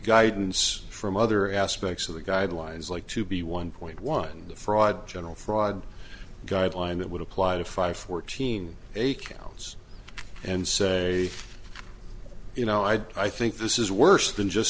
guidance from other aspects of the guidelines like to be one point one fraud general fraud guideline that would apply to five fourteen a counts and say you know i'd i think this is worse than just